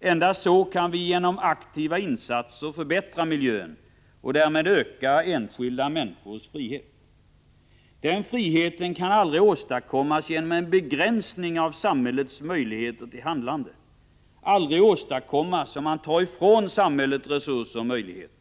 Endast så kan vi genom aktiva insatser förbättra miljön och därmed öka de enskilda människornas frihet. Den friheten kan aldrig åstadkommas genom en begränsning av samhällets möjligheter till handlande, aldrig åstadkommas om man tar ifrån samhället resurser och möjligheter.